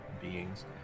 beings